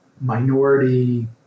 Minority